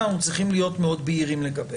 אלא שאנחנו צריכים להיות מאוד בהירים לגביה.